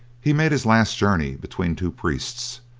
he made his last journey between two priests,